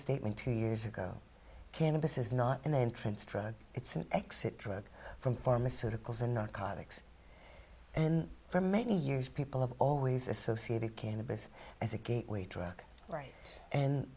statement two years ago cannabis is not an entrance drug it's an exit drug from pharmaceuticals and narcotics and for many years people have always associated cannabis as a gateway drug right and